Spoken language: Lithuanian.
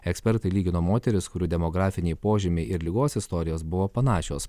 ekspertai lygino moteris kurių demografiniai požymiai ir ligos istorijos buvo panašios